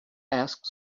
ask